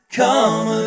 come